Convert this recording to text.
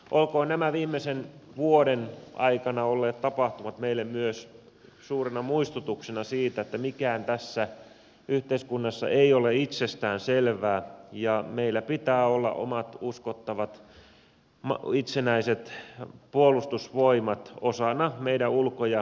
olkoot nämä viimeisen vuoden aikana olleet tapahtumat meille myös suurena muistutuksena siitä että mikään tässä yhteiskunnassa ei ole itsestään selvää ja meillä pitää olla omat uskottavat itsenäiset puolustusvoimat osana meidän ulko ja turvallisuuspolitiikkaamme